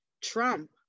Trump